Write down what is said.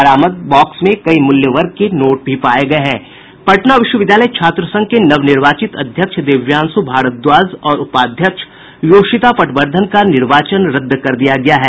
बरामद cash box में कई मूल्य वर्ग के नोट भी पाये गये हैं पटना विश्वविद्यालय छात्रसंघ के नवनिर्वाचित अध्यक्ष दिव्यांश् भारद्वाज और उपाध्यक्ष योशिता पटवर्धन का निर्वाचन रद्द कर दिया गया है